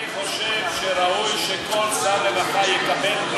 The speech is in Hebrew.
אני חושב שראוי שכל שר רווחה יקבל,